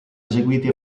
eseguiti